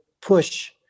push